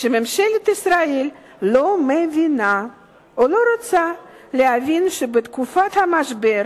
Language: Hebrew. שממשלת ישראל לא מבינה או לא רוצה להבין שבתקופת המשבר